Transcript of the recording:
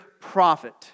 prophet